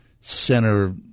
center